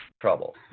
trouble